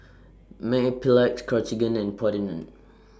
Mepilex Cartigain and